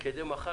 שמחר,